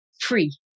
free